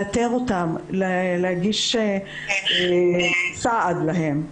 לאתר אותם, להגיש סעד להם.